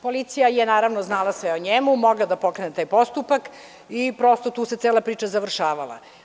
Policija je, naravno, znala sve o njemu, mogla da pokrene taj postupak i tu se cela priča završavala.